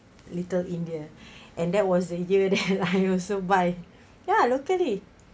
little india and that was the year then I also buy ya locally